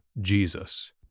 Jesus